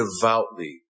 devoutly